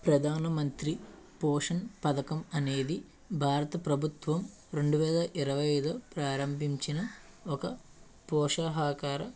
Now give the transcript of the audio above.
ప్రధానమంత్రి పోషన్ పథకం అనేది భారత ప్రభుత్వం రెండు వేల ఇరవైలో ప్రారంభించిన ఒక పోషకాహార